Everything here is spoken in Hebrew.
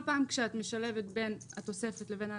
כל פעם כשאת משלבת בין התוספת לבין ההגדרה,